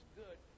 good